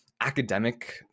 academic